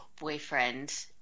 boyfriend